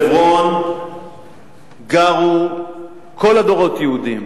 בחברון גרו כל הדורות יהודים,